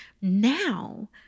Now